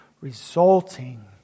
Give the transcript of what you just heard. resulting